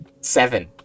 Seven